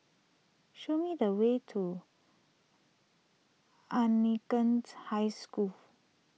show me the way to Anglicans High School